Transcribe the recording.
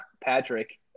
Patrick